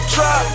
Trap